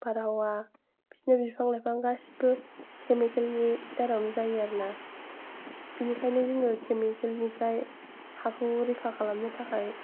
बारहावा बिदिनो बिफां लाइफां गासैबो केमिकेलनि दारावनो जायो आरो ना बिनिखायनो जोङो केमिकेलनिफ्राय हाखौ रैखा खालामनो थाखाय